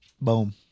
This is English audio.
Boom